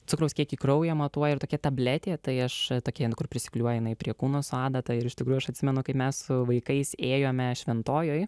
cukraus kiekį kraujyje matuoja ir tokia tabletė tai aš tokia kur prisiklijuoja jinai prie kūno su adata ir iš tikrųjų aš atsimenu kaip mes su vaikais ėjome šventojoj